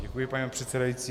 Děkuji, pane předsedající.